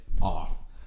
off